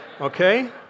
okay